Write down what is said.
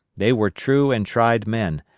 they were true and tried men,